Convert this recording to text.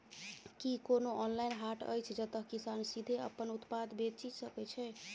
की कोनो ऑनलाइन हाट अछि जतह किसान सीधे अप्पन उत्पाद बेचि सके छै?